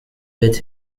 with